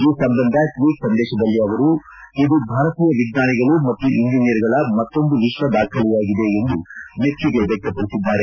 ಈ ಸಂಬಂಧ ಟ್ವೀಟ್ ಸಂದೇಶದಲ್ಲಿ ಅವರು ಇದು ಭಾರತೀಯ ವಿಚ್ವಾನಿಗಳು ಮತ್ತು ಇಂಜಿನಿಯರ್ಗಳ ಮತ್ತೊಂದು ವಿಶ್ವ ದಾಖಲೆಯಾಗಿದೆ ಎಂದು ಮೆಚ್ಚುಗೆ ವ್ಯಕ್ತಪಡಿಸಿದ್ದಾರೆ